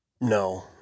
no